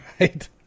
right